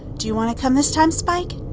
do you want to come this time spike?